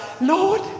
Lord